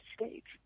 States